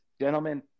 Gentlemen